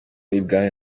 ibwami